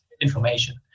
information